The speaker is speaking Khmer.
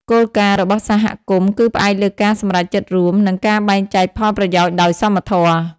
គោលការណ៍របស់សហគមន៍គឺផ្អែកលើការសម្រេចចិត្តរួម និងការបែងចែកផលប្រយោជន៍ដោយសមធម៌។